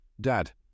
Dad